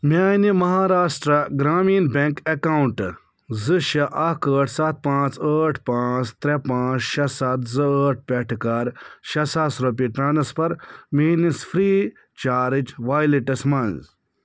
میٛانہِ مہاراشٹرٛا گرٛامیٖن بیٚنٛک ایٚکاونٛٹہٕ زٕ شےٚ اکھ ٲٹھ سَتھ پانٛژھ ٲٹھ پانٛژھ ترٛےٚ پانٛژھ شےٚ سَتھ زٕ ٲٹھ پٮ۪ٹھ کر شےٚ ساس رۄپیہِ ٹرٛانسفر میٛٲنِس فرٛی چارٕج ویٚلیٚٹَس مَنٛز